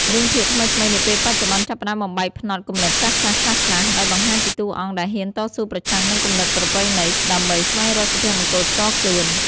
រឿងភាគថ្មីៗនាពេលបច្ចុប្បន្ន ចាប់ផ្តើមបំបែកផ្នត់គំនិតចាស់ៗខ្លះៗ ដោយបង្ហាញពីតួអង្គដែលហ៊ានតស៊ូប្រឆាំងនឹងគំនិតប្រពៃណី ដើម្បីស្វែងរកសុភមង្គលផ្ទាល់ខ្លួន។